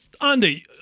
Andy